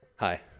Hi